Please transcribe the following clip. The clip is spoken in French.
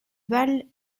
val